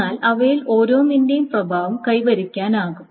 എന്നാൽ അവയിൽ ഓരോന്നിന്റെയും പ്രഭാവം കൈവരിക്കാനാകും